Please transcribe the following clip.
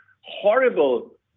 horrible